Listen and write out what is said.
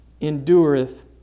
endureth